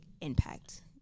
impact